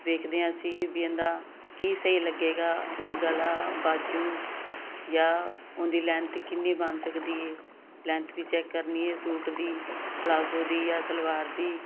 ਵੇਖਦੇ ਆਂ ਅਸੀਂ ਵੀ ਇਹਦਾ ਕੀ ਸਹੀ ਲੱਗੇਗਾ ਇਹਦਾ ਗਲਾ ਬਾਜੂ ਜਾ ਉਹਦੀ ਲੈਂਥ ਕਿੰਨੀ ਬਣ ਸਕਦੀ ਏ ਲੈਂਥ ਵੀ ਚੈੱਕ ਕਰਨੀ ਏ ਸੂਟ ਦੀ ਪਲਾਜੋ ਦੀ ਜਾ ਸਲਵਾਰ ਦੀ